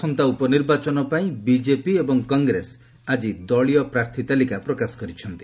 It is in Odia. ଆସନ୍ତା ଉପନିର୍ବାଚନ ପାଇଁ ବିଜେପି ଏବଂ କଂଗ୍ରେସ ଆଜି ଦଳୀୟ ପ୍ରାର୍ଥୀ ତାଲିକା ପ୍ରକାଶ କରିଛନ୍ତି